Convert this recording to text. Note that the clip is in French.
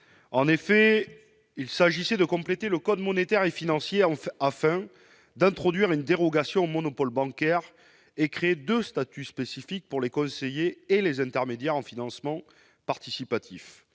En effet, il s'agissait de compléter le code monétaire et financier, afin d'introduire une dérogation au monopole bancaire et de créer deux statuts spécifiques pour les conseillers et les intermédiaires en financement participatif.